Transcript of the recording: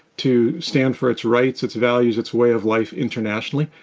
to stand for its rights, its values, its way of life internationally.